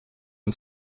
een